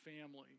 family